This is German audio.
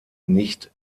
nicht